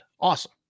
Awesome